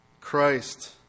Christ